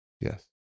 Yes